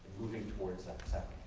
moving towards that